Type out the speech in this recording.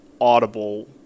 audible